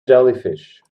jellyfish